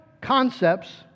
concepts